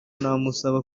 namusaba